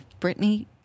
Britney